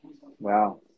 Wow